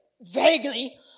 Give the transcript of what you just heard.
vaguely